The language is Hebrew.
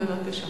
בבקשה.